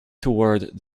toward